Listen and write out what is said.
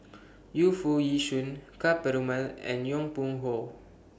Yu Foo Yee Shoon Ka Perumal and Yong Pung How